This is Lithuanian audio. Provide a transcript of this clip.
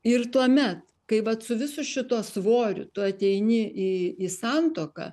ir tuomet kai vat su visu šituo svoriu tu ateini į į santuoką